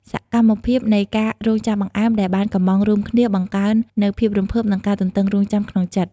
សកម្មភាពនៃការរង់ចាំបង្អែមដែលបានកុម្ម៉ង់រួមគ្នា បង្កើននូវភាពរំភើប និងការទន្ទឹងរង់ចាំក្នុងចិត្ត។